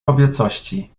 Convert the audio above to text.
kobiecości